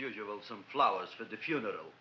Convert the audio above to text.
usual some flowers for the funeral